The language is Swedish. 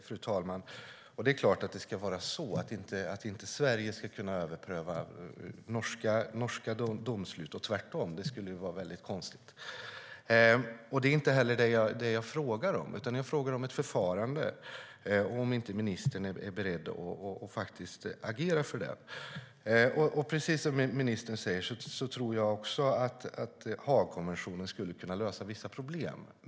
Fru talman! Det är klart att Sverige inte ska kunna överpröva norska domslut och tvärtom. Det skulle vara väldigt konstigt. Men det är inte det jag frågar om, utan jag frågar om ett förfarande och om ministern är beredd att agera för det. Precis som ministern säger tror jag också att Haagkonventionen skulle kunna lösa vissa problem.